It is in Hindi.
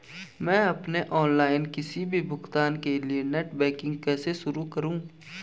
मैं अपने ऑनलाइन किसी भी भुगतान के लिए नेट बैंकिंग कैसे शुरु करूँ?